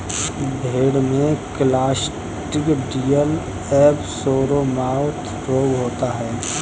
भेड़ में क्लॉस्ट्रिडियल एवं सोरमाउथ रोग हो जाता है